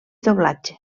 doblatge